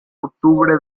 octubre